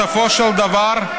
בסופו של דבר,